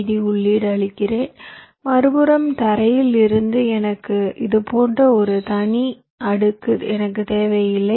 டிக்கு உள்ளீடு அளிக்கிறேன் மறுபுறம் தரையில் இருந்து எனக்கு இது போன்ற தனி அடுக்கு எனக்கு தேவையில்லை